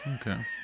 okay